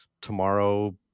tomorrow